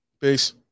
Peace